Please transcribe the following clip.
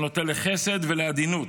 שנוטה לחסד ולעדינות,